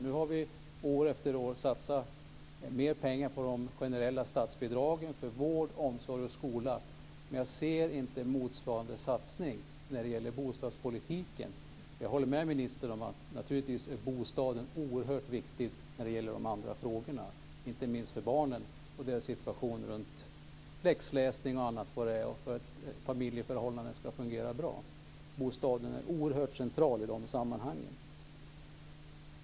Nu har vi år efter år satsat mer på de generella statsbidragen för vård, omsorg och skola. Men jag ser inte motsvarande satsning när det gäller bostadspolitiken. Jag håller med ministern om att bostaden naturligtvis är oerhört viktig när det gäller de andra frågorna, inte minst för barnens situation i fråga om läxläsning och annat och för att familjeförhållandena ska fungera bra. Bostaden är oerhört central i de sammanhangen.